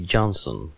Johnson